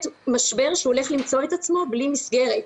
משבר שהוא הולך למצוא את עצמו בלי מסגרת.